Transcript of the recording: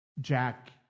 Jack